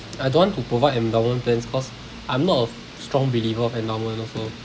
I don't want to provide endowment plans cause I'm not a strong believer of endowment also